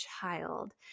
child